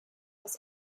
was